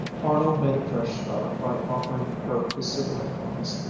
arnold made a fresh start by offering her his cigarette-box.